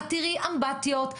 אמבטיות,